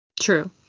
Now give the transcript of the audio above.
True